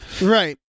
right